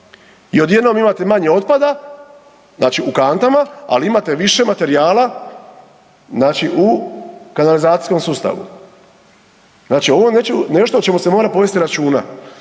I odjednom imate manje otpada, znači u kantama, ali imate više materijala znači u kanalizacijskom sustavu. Znači ovo je nešto o čemu se mora povesti računa.